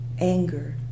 anger